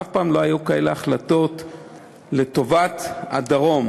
אף פעם לא היו כאלה החלטות לטובת הדרום.